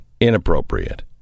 inappropriate